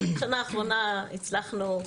בשנה האחרונה הצלחנו,